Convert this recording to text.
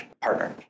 partner